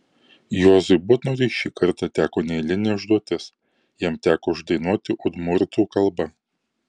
juozui butnoriui šį kartą teko neeilinė užduotis jam teko uždainuoti udmurtų kalba